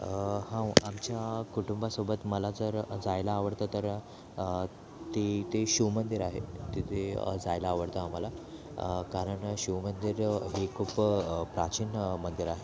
आमच्या कुटुंबासोबत मला जर जायला आवडतं तर तिथे शिवमंदिर आहे तिथे जायला आवडतं आम्हाला कारण शिवमंदिर हे खूप प्राचीन मंदिर आहे